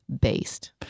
based